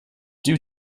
due